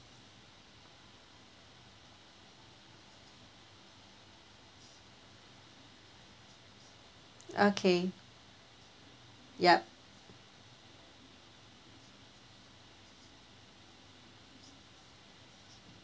okay yup